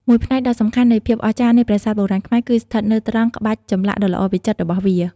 មួយផ្នែកដ៏សំខាន់នៃភាពអស្ចារ្យនៃប្រាសាទបុរាណខ្មែរ គឺស្ថិតនៅត្រង់ក្បាច់ចម្លាក់ដ៏ល្អវិចិត្ររបស់វា។